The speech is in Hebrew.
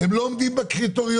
הם לא עומדים בקריטריונים,